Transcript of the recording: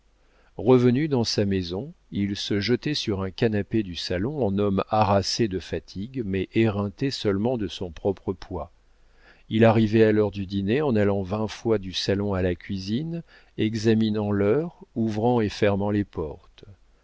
revenu dans sa maison il se jetait sur un canapé de salon en homme harassé de fatigue mais éreinté seulement de son propre poids il arrivait à l'heure du dîner en allant vingt fois du salon à la cuisine examinant l'heure ouvrant et fermant les portes